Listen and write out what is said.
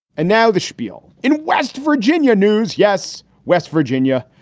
and now the spiel in west virginia news. yes. west virginia.